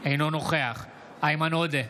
אינו נוכח איימן עודה,